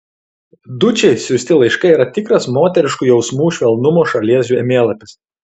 dučei siųsti laiškai yra tikras moteriškų jausmų švelnumo šalies žemėlapis